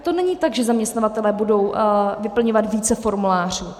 To není tak, že zaměstnavatelé budou vyplňovat více formulářů.